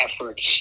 efforts